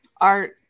art